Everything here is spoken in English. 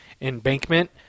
embankment